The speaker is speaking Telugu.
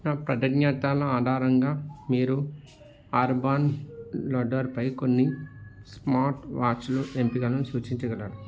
నా ప్రాధన్యతల ఆధారంగా మీరు అర్బాన్ లడ్డర్ పై కొన్ని స్మార్ట్ వాచ్లు ఎంపికను సూచించగలరా